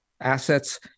assets